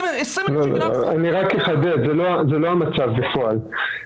אחדד - זה לא המצב בפועל.